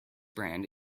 brand